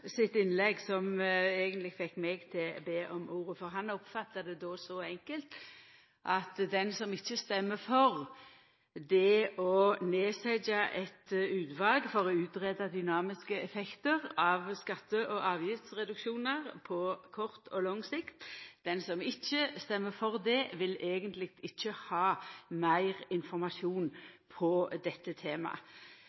sitt innlegg som eigentleg fekk meg til å be om ordet. Han oppfatta det som så enkelt at den som ikkje stemmer for å setja ned eit utval for å greia ut dynamiske effektar av skatte- og avgiftsreduksjonar på kort og lang sikt, eigentleg ikkje